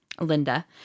Linda